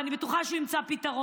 ואני בטוחה שהוא ימצא פתרון,